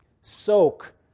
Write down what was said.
soak